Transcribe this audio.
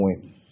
point